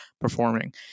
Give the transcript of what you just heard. performing